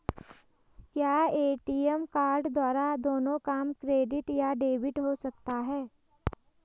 क्या ATM card द्वारा दोनों काम क्रेडिट या डेबिट हो सकता है?